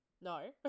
No